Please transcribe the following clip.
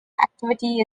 activity